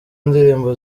ndirimbo